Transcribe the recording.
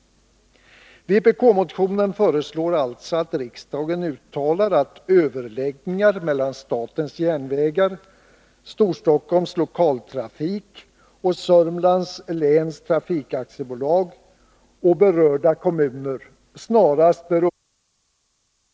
Förslagen i motionerna 1013 och 1014, som jag nu har uppehållit mig vid, tillgodoser också i allt väsentligt förslagen i motion 1400 från Larz Johansson, centerpartiet, om ökad spårbunden kollektivtrafik i Södermanlands län och i Pär Granstedts och flera andra centerpartisters motion 593 om pendeltågstrafiken inom Stockholmsregionen.